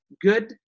Good